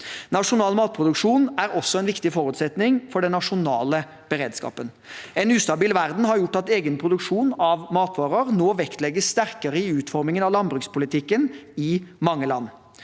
Nasjonal matproduksjon er også en viktig forutsetning for den nasjonale beredskapen. En ustabil verden har gjort at egen produksjon av matvarer nå vektlegges sterkere i utformingen av landbrukspolitikken i mange land.